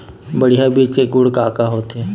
बढ़िया बीज के गुण का का होथे?